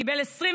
קיבל 23